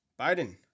Biden